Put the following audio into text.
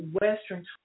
Western